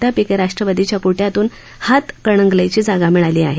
त्यापैकी राष्ट्रवादीच्या को िआतून हातकणंगलेची जागा मिळाली आहे